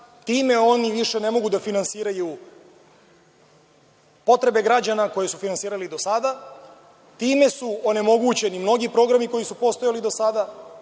time oni ne mogu više da finansiraju potrebe građana koje su finansirali do sada, time su onemogućeni mnogi programi koji su postojali do sada.